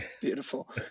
Beautiful